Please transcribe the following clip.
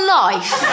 life